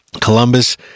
Columbus